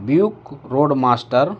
buick road master